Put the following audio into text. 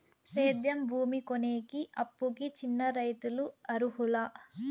సేద్యం భూమి కొనేకి, అప్పుకి చిన్న రైతులు అర్హులా?